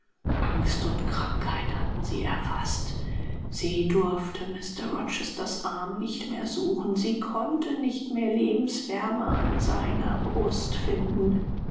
angst und krankheit hatten sie erfaßt sie durfte mr rochesters arm nicht mehr suchen sie konnte nicht mehr lebenswärme an seiner brust finden